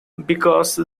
because